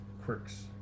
quirks